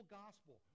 gospel